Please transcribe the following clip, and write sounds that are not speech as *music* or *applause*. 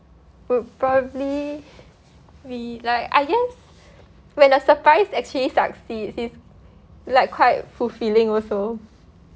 would probably be like I guess *breath* when a surprise actually succeeds it's like quite fulfilling also